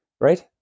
right